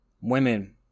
women